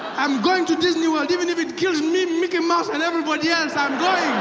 am going to disney world even if it kills me, mickey mouse and everybody else, i am going!